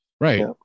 Right